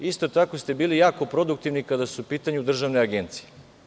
Isto tako ste bili jako produktivni kada su u pitanju državne agencije.